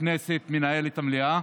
הכנסת מנהל את המליאה